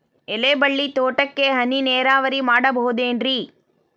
ಎಲೆಬಳ್ಳಿ ತೋಟಕ್ಕೆ ಹನಿ ನೇರಾವರಿ ಮಾಡಬಹುದೇನ್ ರಿ?